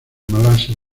malasia